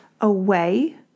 away